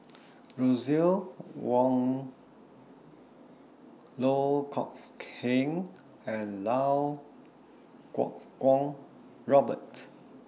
Russel Wong Loh Kok Heng and Iau Kuo Kwong Robert